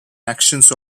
actions